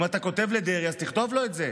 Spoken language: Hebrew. אם אתה כותב לדרעי, אז תכתוב לו את זה.